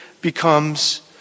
becomes